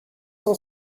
cent